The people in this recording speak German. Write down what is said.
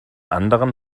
anderen